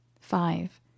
Five